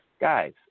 guys